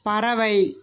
பறவை